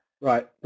Right